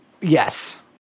Yes